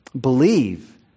Believe